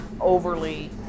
overly